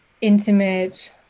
intimate